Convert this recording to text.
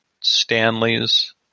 Stanley's